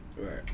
Right